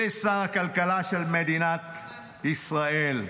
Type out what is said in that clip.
זה שר הכלכלה של מדינת ישראל.